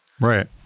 Right